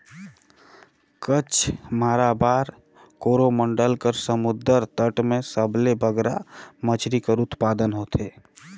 कच्छ, माराबार, कोरोमंडल कर समुंदर तट में सबले बगरा मछरी कर उत्पादन होथे